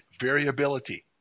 variability